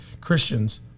Christians